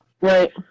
Right